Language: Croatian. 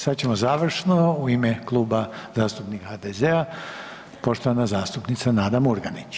Sad ćemo završno u ime Kluba zastupnika HDZ-a, poštovana zastupnica Nada Murganić.